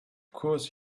course